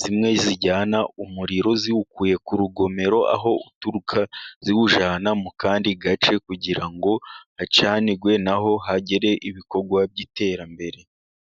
zimwe zijyana umuriro ziwukuye ku rugomero, aho uturuka ziwujyana mu kandi gace, kugira ngo hacanirwe naho hagere ibikorwa by'iterambere.